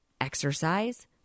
exercise